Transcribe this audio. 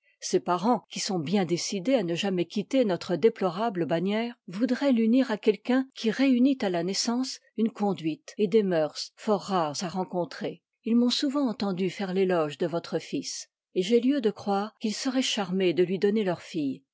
ses parens qui sont bien décidés à ne jamais quitter notre déplorable bannière voudroient l'unir à quelqu'un qui réunit à la naissance une conduite et des mœurs fort rares à rencontrer ils m'ont souvent entendu faire l'éloge de votre fds et j'ai lieu de croire qu'ils seroient charmés de lui donner leur fille